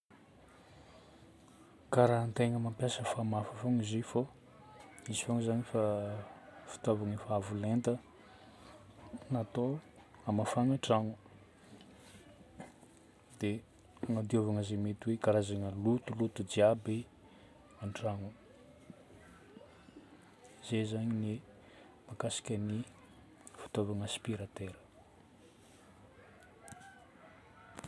Karaha antegna mampiasa famafa fôgna izy io fô izy fôgna zagny efa fitaovagna efa avo lenta natao hamafagna tragno, dia agnadiovana izay mety hoe karazagna lotoloto jiaby an-trano. Zay zagny mahakasika ny fitaovagna aspiratera.